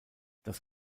das